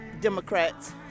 Democrats